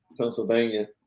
Pennsylvania